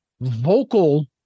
vocal